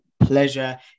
pleasure